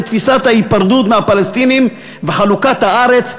תפיסת ההיפרדות מהפלסטינים וחלוקת הארץ,